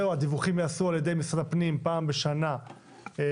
הדיווחים ייעשו על ידי משרד הפנים פעם בשנה לוועדה.